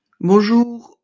Bonjour